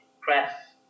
press